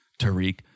Tariq